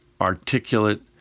articulate